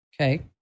Okay